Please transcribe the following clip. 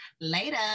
Later